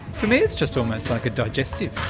for me it's just almost like a digestive,